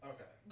Okay